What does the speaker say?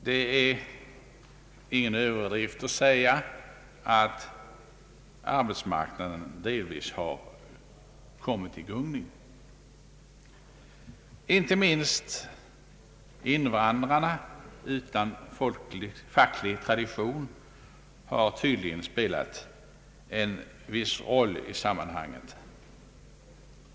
Det är ingen överdrift att säga att arbetsmarknaden delvis har kommit i gungning. Inte minst de utländska invandrarna utan facklig tradition har tydligen spelat en viss roll i sammanhanget.